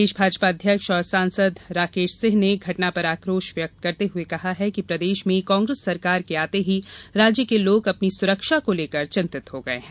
प्रदेश भाजपा अध्यक्ष और सांसद राकेश सिंह ने घटना पर आकोश व्यक्त करते हुए कहा है कि प्रदेश में कांग्रेस सरकार के आते ही राज्य के लोग अपनी सुरक्षा को लेकर चिंतित हो गये हैं